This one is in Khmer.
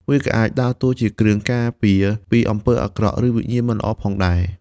វាក៏អាចដើរតួជាគ្រឿងការពារពីអំពើអាក្រក់ ឬវិញ្ញាណមិនល្អផងដែរ។